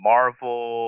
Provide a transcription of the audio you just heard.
Marvel